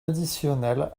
additionnel